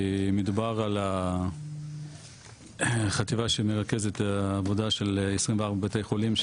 מדובר על החטיבה שמרכזת את העבודה של 24 בתי חולים,